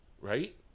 Right